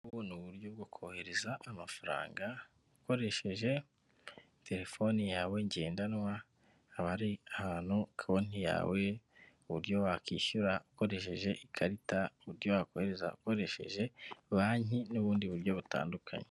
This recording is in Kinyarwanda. Ubu ni uburyo bwo kohereza amafaranga, ukoresheje telefone yawe ngendanwa, haba hari ahantu kinti yawe, uburyo wakishyura ukoresheje ikarita, uburyo wakohereza ukoresheje banki, n'ubundi buryo bitandukanye.